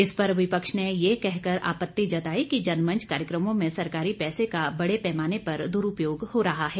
इस पर विपक्ष ने यह कहकर आपति जताई कि जनमंच कार्यक्रमों में सरकारी पैसे का बड़े पैमाने पर दुरूपयोग हो रहा है